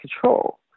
control